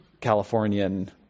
Californian